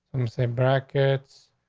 i'm saying brackets,